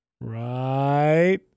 Right